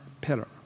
Pillar